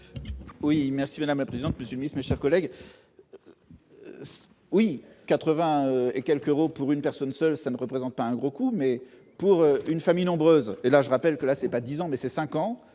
Oui merci madame la présidente, pessimisme chers collègues oui 80 et quelques euros pour une personne seule, ça ne représente pas un gros coup, mais pour une famille nombreuse et là, je rappelle que la c'est pas 10 ans mais ces 5 ans,